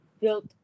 built